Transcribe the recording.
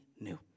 new